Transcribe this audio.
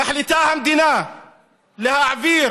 המדינה מחליטה להעביר